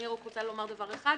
אני רוצה לומר רק דבר אחד,